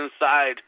inside